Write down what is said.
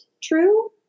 true